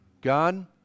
God